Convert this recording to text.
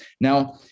now